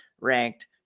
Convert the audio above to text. ranked